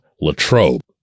Latrobe